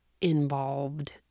involved